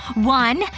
one,